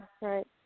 right